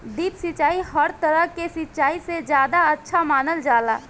drip सिंचाई हर तरह के सिचाई से ज्यादा अच्छा मानल जाला